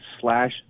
slash